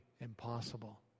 impossible